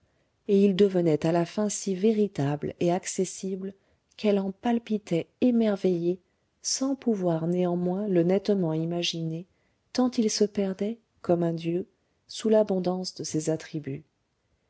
et il devenait à la fin si véritable et accessible qu'elle en palpitait émerveillée sans pouvoir néanmoins le nettement imaginer tant il se perdait comme un dieu sous l'abondance de ses attributs